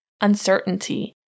Uncertainty